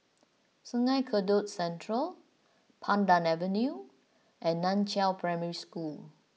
Sungei Kadut Central Pandan Avenue and Nan Chiau Primary School